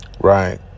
right